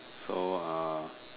so uh